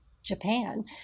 Japan